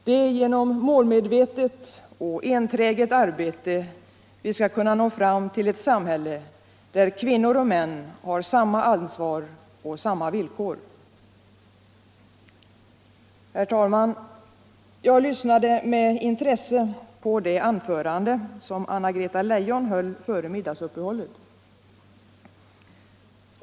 Det är genom målmedvetet och enträget arbete vi kan nå fram till ett samhälle där kvinnor och män har samma ansvar och samma villkor. Herr talman! Jag lyssnade med intresse på det anförande som Anna Greta Leijon höll före middagsuppehållet.